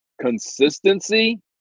consistency